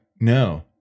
no